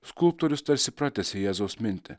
skulptorius tarsi pratęsia jėzaus mintį